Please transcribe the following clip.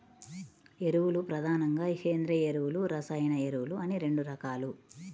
ఎరువులు ప్రధానంగా సేంద్రీయ ఎరువులు, రసాయన ఎరువులు అని రెండు రకాలు